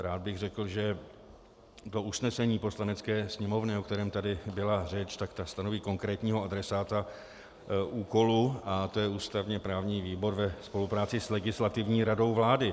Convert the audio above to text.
Rád bych řekl, že usnesení Poslanecké sněmovny, o kterém tady byla řeč, tak to stanoví konkrétního adresáta úkolu a to je ústavněprávní výbor ve spolupráci s Legislativní radou vlády.